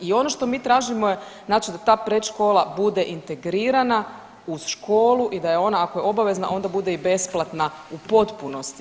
I ono što mi tražimo je, znači da ta predškola bude integrirana uz školu i da ona ako je obavezna onda bude i besplatna u potpunosti.